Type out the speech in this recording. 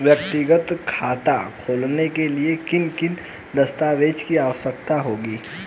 व्यक्तिगत खाता खोलने के लिए किन किन दस्तावेज़ों की आवश्यकता होगी?